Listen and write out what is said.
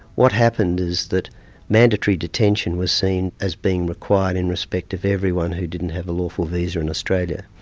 what happened is that mandatory detention was seen as being required in respect of everyone who didn't have a lawful visa in australia.